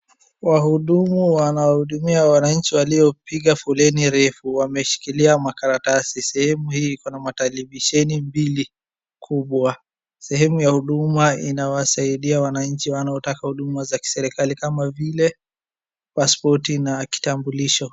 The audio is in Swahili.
Wahudumu wanahudumia wananchi waliopiga foleni refu. Wameshikilia makaratasi. Sehemu hii kuna matelevisheni mbili kubwa. Sehemu ya huduma inawasaidia wananchi wanaotaka huduma za kiserikali kama vile pasipoti na kitambulisho.